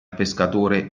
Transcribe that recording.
pescatore